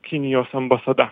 kinijos ambasada